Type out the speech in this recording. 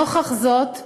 נוכח זאת,